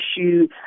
issue